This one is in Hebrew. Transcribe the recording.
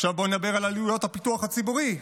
עכשיו בואו נדבר על עלויות הפיתוח הציבורי.